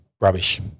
rubbish